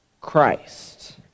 Christ